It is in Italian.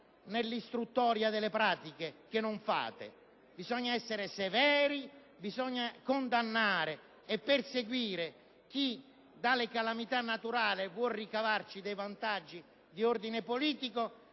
nell’istruttoria delle pratiche, cosa che non fate. Bisogna essere severi, condannare e perseguire chi dalle calamitanaturali puo ricavare vantaggi di ordine politico